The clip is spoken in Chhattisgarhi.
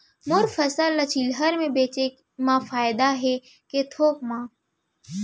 मोर फसल ल चिल्हर में बेचे म फायदा है के थोक म?